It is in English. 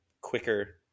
quicker